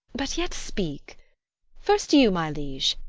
but yet speak first, you, my liege.